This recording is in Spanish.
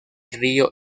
río